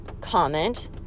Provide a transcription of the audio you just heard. comment